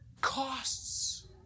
Costs